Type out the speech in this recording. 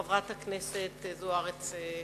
חברת הכנסת זוארץ,